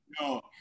No